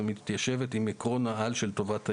ומתיישבת עם עיקרון העל של טובת הילד".